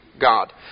God